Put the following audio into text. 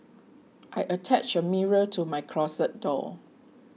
I attached a mirror to my closet door